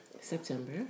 September